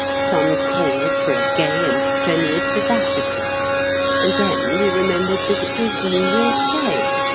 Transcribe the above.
some cause for a gay and strenuous vivacity and then we remembered that it was new year's day,